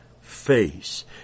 face